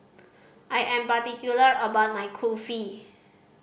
I am particular about my Kulfi